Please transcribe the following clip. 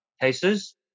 cases